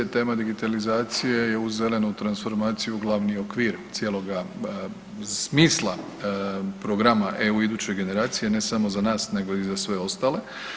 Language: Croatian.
Tema digitalizacije je uz zelenu transformaciju glavni okvir cijeloga smisla programa „EU iduće generacije“ ne samo za nas nego i za sve ostale.